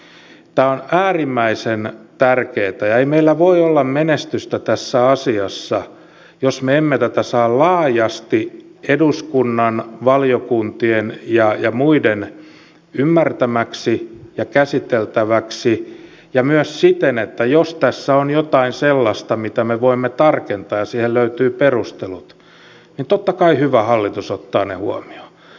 tämä on äärimmäisen tärkeää eikä meillä voi olla menestystä tässä asiassa jos me emme tätä saa laajasti eduskunnan valiokuntien ja muiden ymmärtämäksi ja käsiteltäväksi ja myös siten että jos tässä on jotain sellaista mitä me voimme tarkentaa ja siihen löytyy perustelut niin totta kai hyvä hallitus ottaa ne huomioon